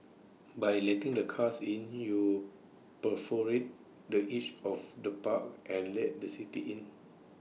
by letting the cars in you perforate the edge of the park and let the city in